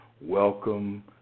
welcome